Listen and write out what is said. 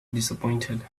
disappointed